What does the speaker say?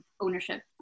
ownership